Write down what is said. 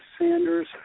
Sanders